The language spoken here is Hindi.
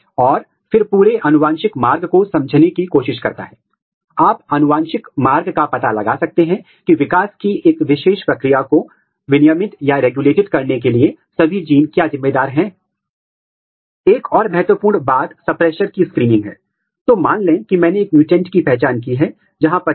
तो यहां भी आप ऊतक को इकट्ठा करते हैं फिर फिक्सेशन करते हैं उसके बाद फिक्सेशन मेम्ब्रेन परमेबलाइजेशन किया जाता है और फिर आप एंटीबॉडी को जोड़ सकते हैं